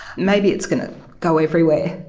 maybe it's going to go everywhere,